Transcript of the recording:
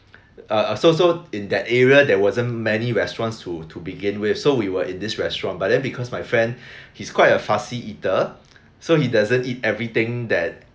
uh so so in that area there wasn't many restaurants to to begin with so we were in this restaurant but then because my friend he's quite a fussy eater so he doesn't eat everything that